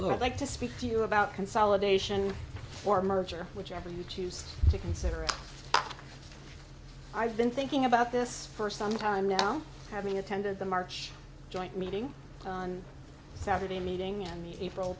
of like to speak to you about consolidation or merger whichever you choose to consider it i've been thinking about this for some time now having attended the march joint meeting on saturday meeting and april